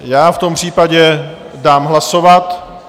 Já v tom případě dám hlasovat.